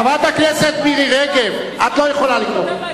חברת הכנסת מירי רגב, את לא יכולה לקרוא.